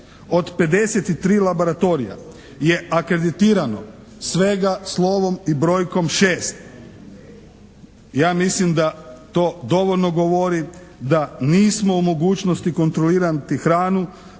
Od 53 laboratorija je akreditirano svega slovom i brojkom 6. Ja mislim da to dovoljno govori da nismo u mogućnosti kontrolirati hranu